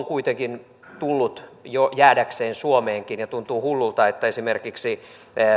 on kuitenkin tullut jäädäkseen suomeenkin ja tuntuu hullulta että